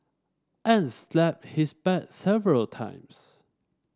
and slapped his back several times